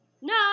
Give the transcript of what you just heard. no